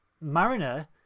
mariner